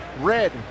Red